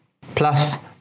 plus